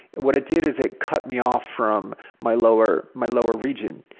what it did is it cut me off from my lower my lower region,